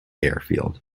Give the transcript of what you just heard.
airfield